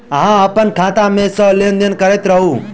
अहाँ अप्पन खाता मे सँ लेन देन करैत रहू?